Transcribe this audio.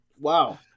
Wow